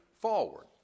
forward